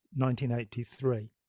1983